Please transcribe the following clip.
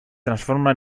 transforma